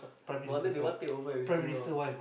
no wonder they want take over everything lah